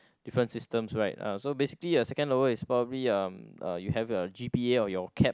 different system right uh so basically a second lower is probably uh you have your G_P_A or your cap